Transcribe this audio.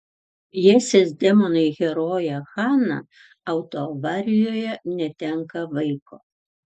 pjesės demonai herojė hana autoavarijoje netenka vaiko